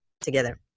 together